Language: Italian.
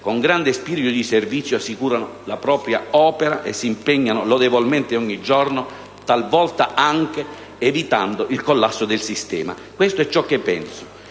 con grande spirito di servizio la propria opera e si impegnano lodevolmente ogni giorno, talvolta anche evitando il collasso del sistema. Questo è ciò che penso: